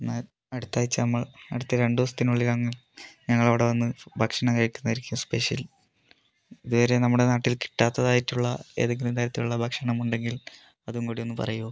എന്നാൽ അടുത്താഴ്ച നമ്മൾ അടുത്ത രണ്ടു ദിവസത്തിനുള്ളിൽ ഞങ്ങൾ അവിടെ വന്ന് ഭക്ഷണം കഴിക്കുന്നതായിരിക്കും സ്പെഷ്യൽ ഇതുവരെ നമ്മുടെ നാട്ടിൽ കിട്ടാത്തതായിട്ടുള്ള ഏതെങ്കിലും തരത്തിലുള്ള ഭക്ഷണമുണ്ടെങ്കിൽ അതും കൂടി ഒന്ന് പറയുമോ